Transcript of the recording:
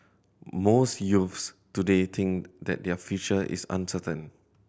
most youths today think that their future is uncertain